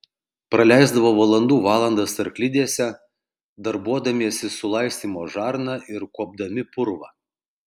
praleisdavo valandų valandas arklidėse darbuodamiesi su laistymo žarna ir kuopdami purvą